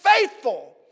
faithful